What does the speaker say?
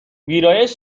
ویرایش